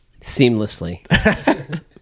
Seamlessly